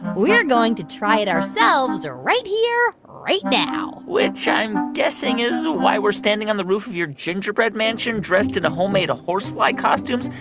we're going to try it ourselves right here, right now which i'm guessing is why we're standing on the roof of your gingerbread mansion, dressed in homemade horsefly costumes,